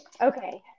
Okay